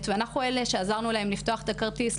ואנחנו אלה שעזרנו להם לפתוח את הכרטיס,